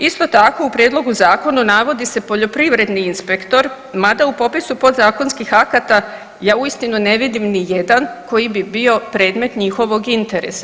Isto tako u Prijedlogu zakona navodi se poljoprivredni inspektor, mada u popisu podzakonskih akata ja uistinu ne vidim ni jedan koji bi bio predmet njihovog interesa.